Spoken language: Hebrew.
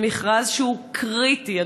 זה מכרז שהוא קריטי,